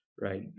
right